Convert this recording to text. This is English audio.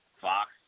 Fox